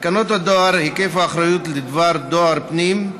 תקנות הדואר (היקף האחריות לדבר דואר פנים)